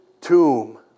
tomb